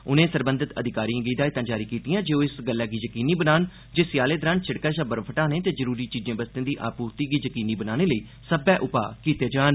उनें सरबंधित अधिकारियें गी हिदायतां जारी कीतियां जे ओह् इस गल्लै गी यकीनी बनान जे स्याले दौरान सड़कै शा बर्फ हटाने ते जरूरी चीजें बस्तें दी आपूर्ति गी यकीनी बनाने लेई सब्मै उपांऽ कीते जान